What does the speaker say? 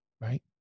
right